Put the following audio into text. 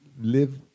live